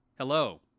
Hello